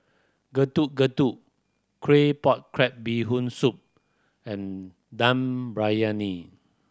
Getuk Getuk crab Bee Hoon Soup and Dum Briyani